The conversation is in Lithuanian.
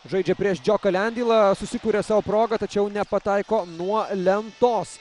žaidžia prieš džioką lendeilą susikuria sau progą tačiau nepataiko nuo lentos